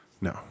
no